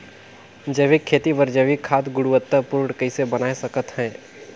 जैविक खेती बर जैविक खाद गुणवत्ता पूर्ण कइसे बनाय सकत हैं?